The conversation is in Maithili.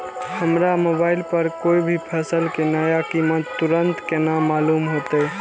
हमरा मोबाइल पर कोई भी फसल के नया कीमत तुरंत केना मालूम होते?